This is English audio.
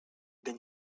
been